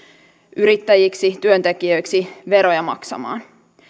yrittäjiksi työntekijöiksi veroja maksamaan